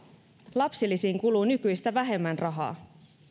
lapsilisiin kuluu nykyistä vähemmän rahaa